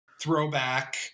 throwback